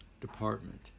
department